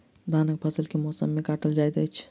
धानक फसल केँ मौसम मे काटल जाइत अछि?